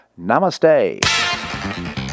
Namaste